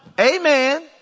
Amen